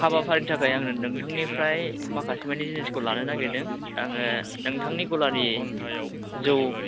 हाबाफारिनि थाखाय आङो नोंथांनिफ्राय माखासेमानि जिनिसखौ लानो नागिरदों आङो नोंथांनि गलानि जौ